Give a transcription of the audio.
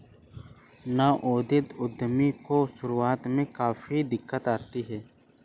नवोदित उद्यमी को शुरुआत में काफी दिक्कत आती है